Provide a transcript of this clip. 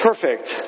perfect